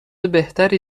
بهتری